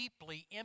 deeply